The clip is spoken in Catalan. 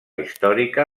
històrica